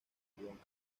napoleón